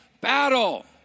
Battle